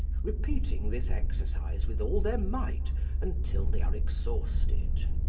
repeating this exercise with all their might until they are exhausted,